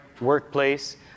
workplace